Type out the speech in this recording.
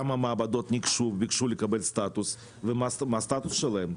כמה מעבדות ניגשו וביקשו לקבל סטטוס ומה הסטטוס שלהן?